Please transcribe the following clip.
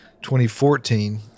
2014